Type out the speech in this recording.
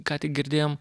ką tik girdėjom